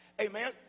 Amen